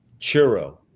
churro